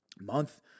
month